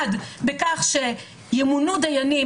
אחד, בכך שימונו דיינים